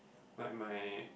like my